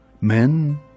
Men